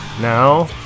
Now